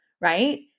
right